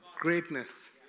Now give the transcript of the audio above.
Greatness